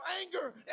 anger